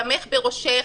דמך בראשך,